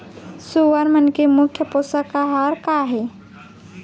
सुअर मन के मुख्य पोसक आहार का हे?